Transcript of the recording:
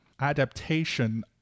adaptation